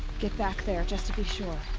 get back there, just to be sure.